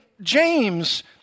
James